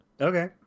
Okay